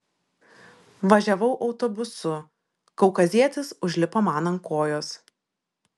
važiavau autobusu kaukazietis užlipo man ant kojos